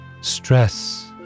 stress